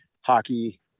hockey